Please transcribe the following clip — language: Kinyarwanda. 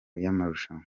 y’amarushanwa